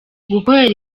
gukorera